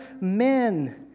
men